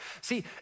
See